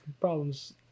problems